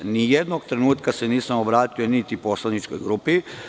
Ni jednog trenutka se nisam obratio niti poslaničkoj grupi.